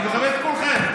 אני מכבד את כולכם.